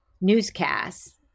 newscasts